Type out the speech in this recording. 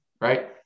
right